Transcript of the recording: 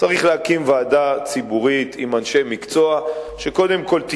צריך להקים ועדה ציבורית עם אנשי מקצוע שתסקור